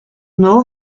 nuevos